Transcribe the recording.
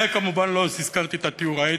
וכמובן, לא הזכרתי את הטיהור האתני,